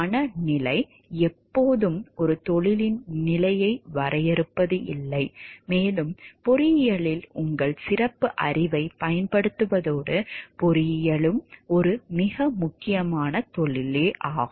பண நிலை எப்போதும் ஒரு தொழிலின் நிலையை வரையறுப்பதில்லை மேலும் பொறியியலில் உங்கள் சிறப்பு அறிவைப் பயன்படுத்துவதோடு பொறியியலும் ஒரு மிக முக்கியமான தொழிலாகும்